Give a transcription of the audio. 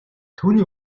түүний